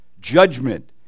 judgment